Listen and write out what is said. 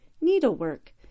needlework